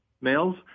males